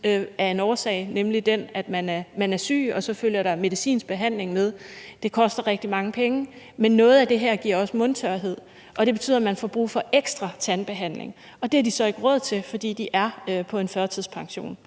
af en årsag, nemlig den, at man er syg, og så følger der medicinsk behandling med. Det koster rigtig mange penge. Noget af det her giver også mundtørhed, og det betyder, at man får brug for ekstra tandbehandling. Det har de så ikke råd til, fordi de er på en førtidspension.